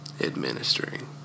administering